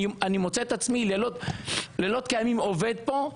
אני מוצא את עצמי לילות כימים עובד פה,